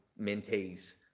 mentees